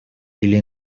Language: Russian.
или